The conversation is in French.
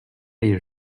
les